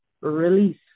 release